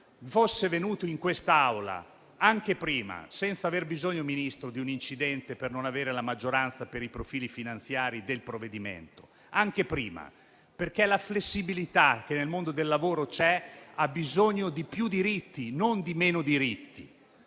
fosse venuto in quest'Aula anche prima, senza aver bisogno, signor Ministro, di un incidente per il fatto di non avere la maggioranza per i profili finanziari del provvedimento. Questo perché la flessibilità che c'è nel mondo del lavoro ha bisogno di più diritti, non di meno diritti.